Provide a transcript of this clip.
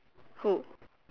who